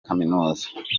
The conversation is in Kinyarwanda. kaminuza